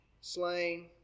slain